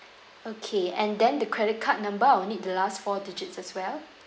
okay and then the credit card number I will need the last four digits as well